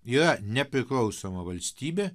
yra nepriklausoma valstybė